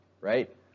right